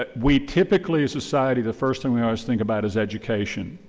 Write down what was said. but we typically, society, the first thing we always think about is education.